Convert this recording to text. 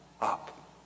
up